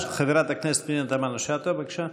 חברת הכנסת פנינה תמנו שטה, בבקשה.